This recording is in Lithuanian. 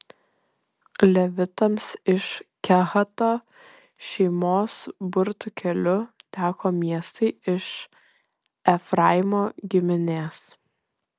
levitams iš kehato šeimos burtų keliu teko miestai iš efraimo giminės